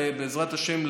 ובעזרת השם,